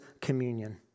communion